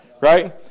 right